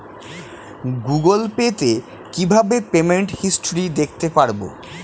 Google Pay তে কিভাবে payment history দেখতে পারবো?